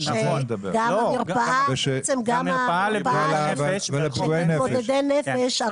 ומיגון למתמודדי נפש.